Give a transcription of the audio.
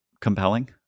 compelling